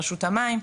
רשות המים,